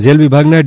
jail વિભાગના D